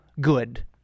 good